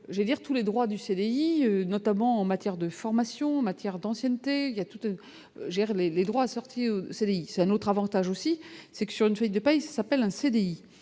tous les droits du CDI, notamment en matière de formation matière d'ancienneté, il y a tout des droits sortis CDI c'est à notre Avantage aussi, c'est que sur une feuille de pas s'appelle un CDI